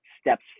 steps